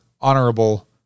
honorable